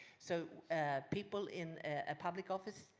so people in a public office,